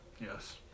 Yes